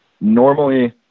Normally